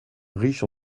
riche